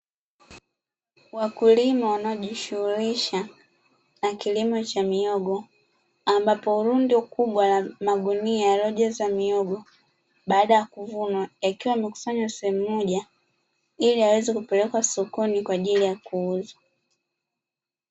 Wakulima wanaojishughulisha na kilimo cha mihogo, ambapo rundo kubwa la magunia yaliyojazwa mihogo, baada ya kuvunwa yakiwa yamekusanywa sehemu moja ili yaweze kupelekwa sokoni kwa ajili ya kuuzwa.